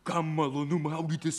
kam malonu maudytis